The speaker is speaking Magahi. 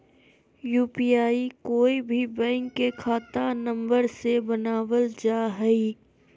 यू.पी.आई कोय भी बैंक के खाता नंबर से बनावल जा हइ